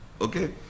Okay